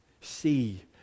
see